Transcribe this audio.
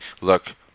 look